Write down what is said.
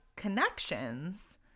connections